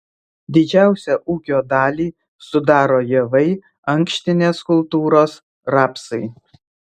didžiausią ūkio dalį sudaro javai ankštinės kultūros rapsai